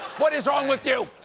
what is wrong with you?